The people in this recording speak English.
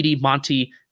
Monty